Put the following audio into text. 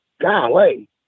golly